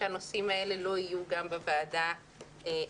שהנושאים האלה לא יעלו גם בוועדה הכללית,